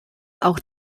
auch